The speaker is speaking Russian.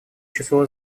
число